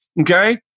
Okay